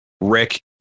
Rick